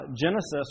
Genesis